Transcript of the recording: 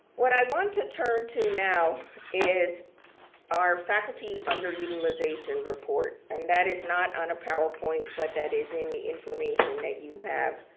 what i want to turn to now is our faculty under utilization report and that is not on a powerpoint but that is in the information that you have